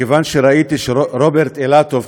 מכיוון שראיתי שרוברט אילטוב,